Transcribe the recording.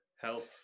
health